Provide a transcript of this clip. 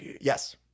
yes